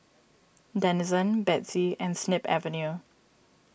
Denizen Betsy and Snip Avenue